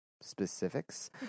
specifics